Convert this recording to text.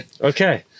Okay